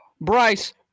Bryce